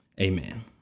Amen